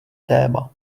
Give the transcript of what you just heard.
téma